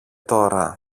τώρα